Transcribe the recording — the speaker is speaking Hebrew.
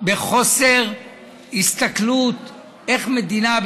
בחוסר הסתכלות איך מדינה,